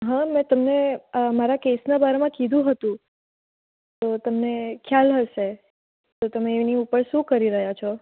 હા મેં તમને મારા કેસના બારામાં કીધું હતું તો તમને ખ્યાલ હશે તો તમે એની ઉપર શું કરી રહ્યા છો